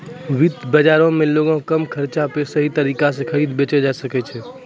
वित्त बजारो मे लोगें कम खर्चा पे सही तरिका से खरीदे बेचै सकै छै